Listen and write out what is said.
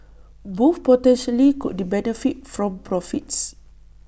both potentially could benefit from profits